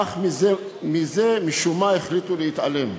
אך מזה משום מה החליטו להתעלם.